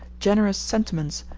generous sentiments,